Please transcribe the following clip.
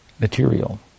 material